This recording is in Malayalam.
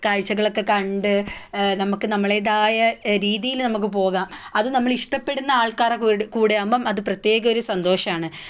കാഴ്ചകൾ ഒക്കെ കണ്ട് നമുക്ക് നമ്മളുടെതായ രീതിയിൽ നമുക്ക് പോകാം അത് നമ്മൾ ഇഷ്ടപ്പെടുന്ന ആൾക്കാരുടെ കൂടെ ആകുമ്പം അത് പ്രത്യേക ഒരു സന്തോഷമാണ്